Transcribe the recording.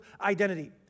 identity